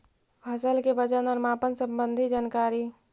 फसल के वजन और मापन संबंधी जनकारी?